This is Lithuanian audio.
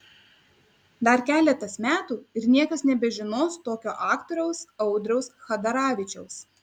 dar keletas metų ir niekas nebežinos tokio aktoriaus audriaus chadaravičiaus